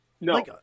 No